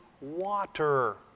water